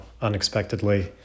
unexpectedly